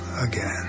again